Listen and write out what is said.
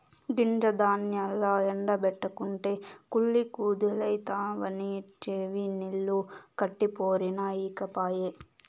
గింజ ధాన్యాల్ల ఎండ బెట్టకుంటే కుళ్ళి కుదేలైతవని చెవినిల్లు కట్టిపోరినా ఇనకపాయె